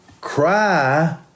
Cry